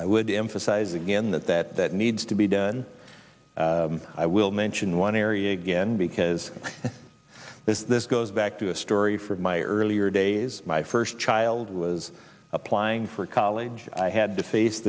i would emphasize again that that that needs to be done i will mention one area again because this is this goes back to a story from my earlier days my first child was applying for college i had to face